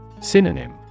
Synonym